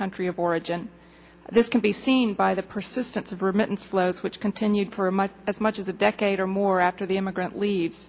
country of origin this can be seen by the persistence of remittance flows which continued for much as much as a decade or more after the immigrant leaves